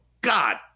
God